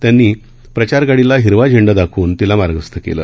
त्यांनी प्रचार गाडीला हिरवा झेंडा दाखवून तिला मार्गस्थ केलं